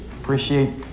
Appreciate